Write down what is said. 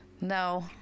No